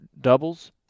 doubles